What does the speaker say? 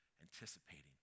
anticipating